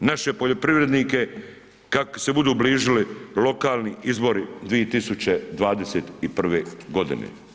naše poljoprivrednike kako se budu bližili lokalni izbori 2021. godine.